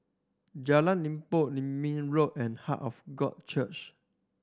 Jalan Limbok Road and Heart of God Church